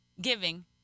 giving